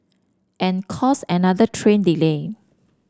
and cause another train delay